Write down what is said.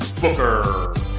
Booker